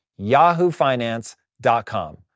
yahoofinance.com